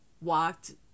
Walked